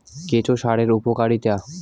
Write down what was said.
কেঁচো সারের উপকারিতা?